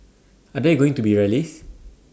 are there going to be rallies